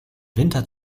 winter